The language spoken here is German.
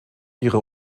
ihre